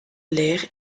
leyre